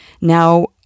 Now